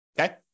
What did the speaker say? Okay